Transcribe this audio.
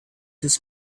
his